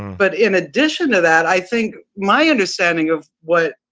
but in addition to that, i think my understanding of what,